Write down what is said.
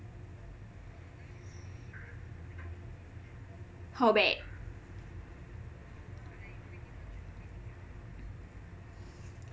how bad